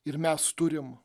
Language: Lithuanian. ir mes turim